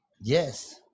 yes